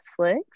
Netflix